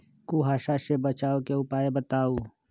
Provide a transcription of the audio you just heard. कुहासा से बचाव के उपाय बताऊ?